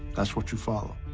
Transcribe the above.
that's what you follow.